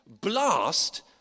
blast